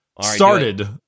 Started